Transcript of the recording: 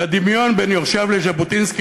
והדמיון בין יורשיו של ז'בוטינסקי